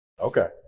Okay